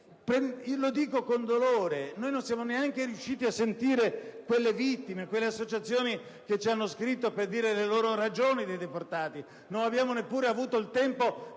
lo dico con dolore. Non siamo riusciti neanche a sentire quelle vittime, quelle associazioni che ci hanno scritto per dire le loro ragioni di deportati. Non abbiamo neppure avuto il tempo